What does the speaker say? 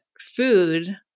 food